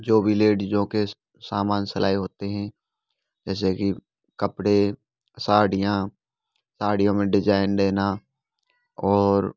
जो भी लेडीजों के सामान सिलाई होते हैं जैसे कि कपड़े साड़ियाँ साड़ियों में डिजाइन देना और